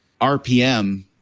RPM